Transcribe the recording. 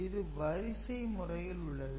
இது வரிசை முறையில் உள்ளது